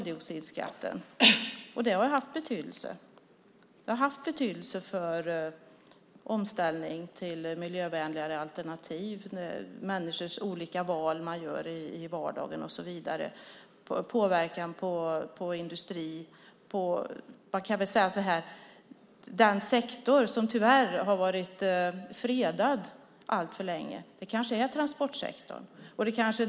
Det har haft betydelse för en omställning till miljövänligare alternativ i de val människor gör i vardagen och en påverkan på industri. Transportsektorn kanske är den sektor som tyvärr har varit fredad alltför länge.